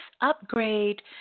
upgrade